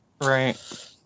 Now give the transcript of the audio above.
Right